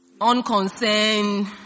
unconcerned